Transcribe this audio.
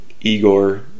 Igor